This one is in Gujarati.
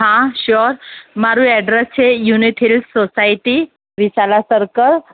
હા શ્યોર મારું એડ્રેસ છે યુનિથીરિસ સોસાયટી વિશાલા સર્કલ